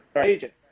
agent